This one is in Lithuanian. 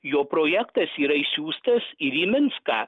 jo projektas yra išsiųstas ir į minską